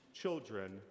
children